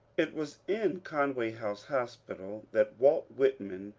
it was in conway house hospital that walt whitman,